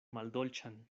maldolĉan